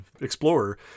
Explorer